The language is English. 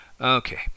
Okay